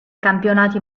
campionati